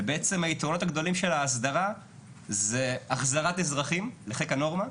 ובעצם היתרונות הגדולים של האסדרה זה החזרת אזרחים לחיק הנורמה,